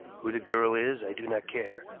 who the girl is, i do not care.